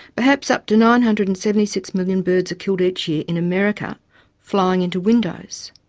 perhaps up to nine hundred and seventy six million birds are killed each year in america flying into windows.